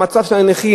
במצב של הנכים,